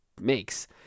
makes